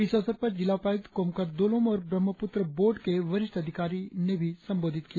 इस अवसर पर जिला उपायुक्त कोमकर दुलोम और ब्रह्मपुत्र बोर्ड के वरिष्ठ अधिकारी ने भी संबोधित किया